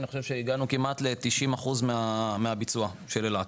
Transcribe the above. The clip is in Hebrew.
אני חושב שהגענו כמעט ל-90 אחוז מהביצוע של אילת.